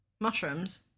Mushrooms